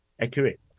accurate